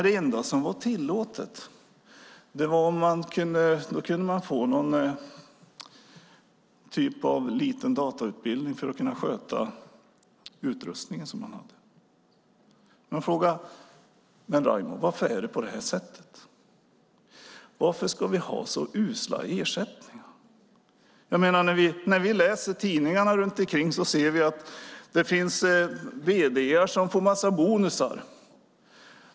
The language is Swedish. Det enda man kunde få var en liten datautbildning för att kunna sköta den utrustning man hade. De frågade: Raimo, varför är det på det här sättet? Varför ska vi ha så usla ersättningar? När vi läser tidningar ser vi att det finns vd:ar som får en massa bonusar.